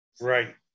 right